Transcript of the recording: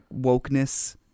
wokeness